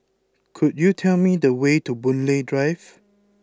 could you tell me the way to Boon Lay Drive